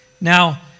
Now